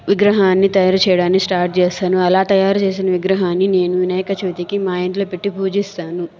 విగ్రహాన్ని తయారు చేయడాన్ని స్టార్ట్ చేస్తాను అలా తయారు చేసిన విగ్రహాన్ని నేను వినాయక చవితికి మా ఇంట్లో పెట్టి పూజిస్తాను